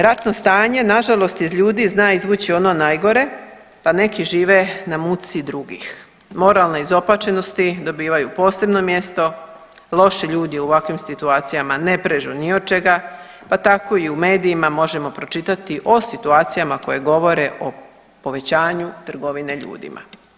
Ratno stanje na žalost iz ljudi zna izvući ono najgore, da neki žive na muci drugih, moralne izopačenosti dobivaju posebno mjesto, loši ljudi u ovakvim situacijama ne prežu ni od čega, pa tako i u medijima možemo pročitati o situacijama koje govore o povećanju trgovine ljudima.